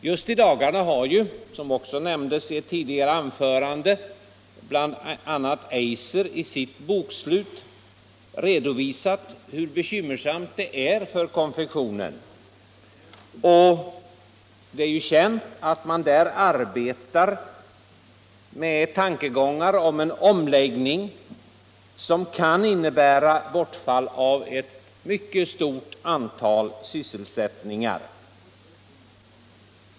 Just i dagarna har ju, såsom också nämndes i ett tidigare anförande, bl.a. Eiser i sitt bokslut redovisat hur bekymmersamt det är för konfektionen. Det är känt att man där har tankar på en omläggning, som kan innebära bortfall av ett mycket stort antal sysselsättningstillfällen.